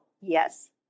yes